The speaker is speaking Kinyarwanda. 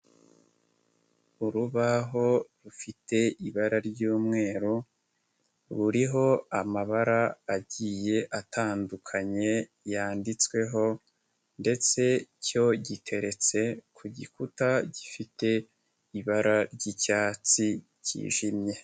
Urubaho rufite ibara ry'umweru, ruriho amabara agiye atandukanye yanditsweho ndetse cyo gitereretse ku gikuta gifite ibara ry'icyatsi cyijimye.